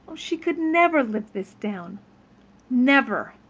she could never live this down never!